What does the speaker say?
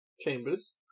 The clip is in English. chambers